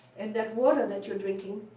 and that water that you're drinking,